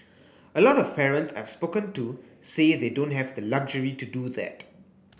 a lot of parents I've spoken to say they don't have the luxury to do that